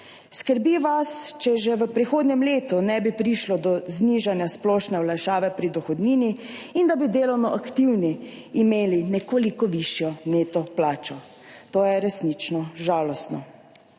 Skrbi vas, če že v prihodnjem letu ne bi prišlo do znižanja splošne olajšave pri dohodnini in da bi delovno aktivni imeli nekoliko višjo neto plačo. To je resnično žalostno.